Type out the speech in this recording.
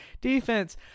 defense